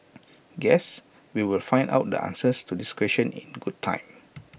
guess we will find out the answers to these questions in good time